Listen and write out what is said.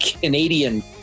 Canadian